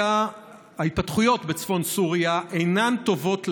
ההתפתחויות בצפון סוריה אינן טובות לאזור,